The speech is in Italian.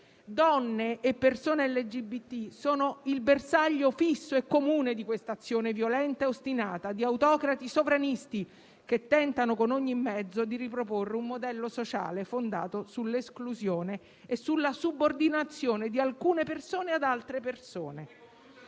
donne e le persone LGBT sono il bersaglio fisso e comune di questa azione violenta e ostinata di autocrati sovranisti, che tentano con ogni mezzo di riproporre un modello sociale fondato sull'esclusione e sulla subordinazione di alcune persone ad altre.